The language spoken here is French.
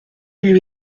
lui